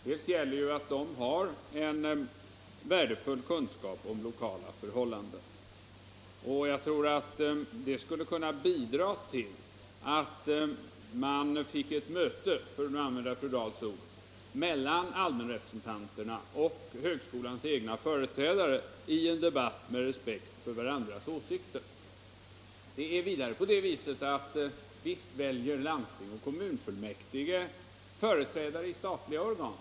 De har ju en värdefull kunskap om lokala förhållanden, vilket skulle kunna bidra till att man — för att använda fru Dahls ord — får ett möte mellan allmänrepresentanterna och högskolans egna företrädare i en debatt med respekt för varandras åsikter. Visst väljer landsting och kommunfullmäktige företrädare i statliga organ.